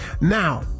Now